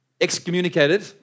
excommunicated